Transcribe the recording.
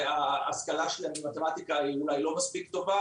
שההשכלה שלהם במתמטיקה היא אולי לא מספיק טובה,